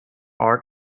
art